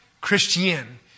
Christian